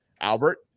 Albert